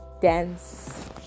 dance